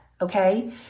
okay